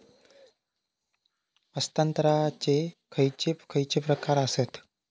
हस्तांतराचे खयचे खयचे प्रकार आसत?